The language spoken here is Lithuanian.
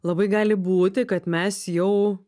labai gali būti kad mes jau